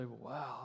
wow